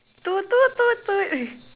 toot toot toot toot